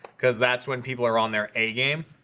because that's when people are on their a game